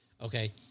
Okay